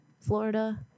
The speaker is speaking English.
Florida